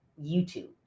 YouTube